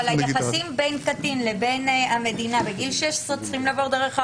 אבל היחסים בין קטין לבין המדינה בגיל 16 צריכים לעבור דרך ההורים,